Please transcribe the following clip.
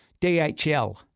DHL